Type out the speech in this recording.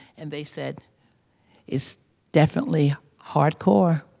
and they said it's definitely hardcore,